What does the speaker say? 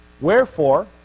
Wherefore